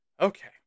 Okay